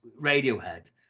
Radiohead